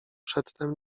przedtem